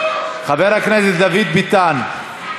חבר הכנסת דוד ביטן.